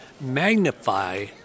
magnify